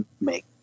make